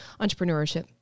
entrepreneurship